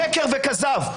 שקר וכזב.